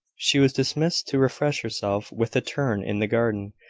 she was dismissed to refresh herself with a turn in the garden.